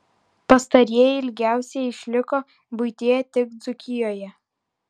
pastarieji ilgiausiai išliko buityje tik dzūkijoje